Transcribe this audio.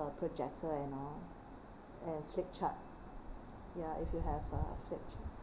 uh projector and all and flip chart ya if you have ah flip chart